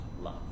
love